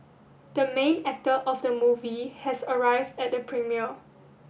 the main actor of the movie has arrived at the premiere